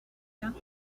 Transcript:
got